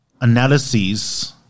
analyses